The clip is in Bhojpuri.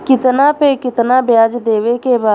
कितना पे कितना व्याज देवे के बा?